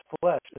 flesh